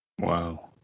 Wow